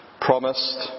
promised